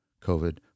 covid